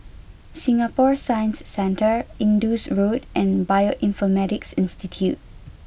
Singapore Science Centre Indus Road and Bioinformatics Institute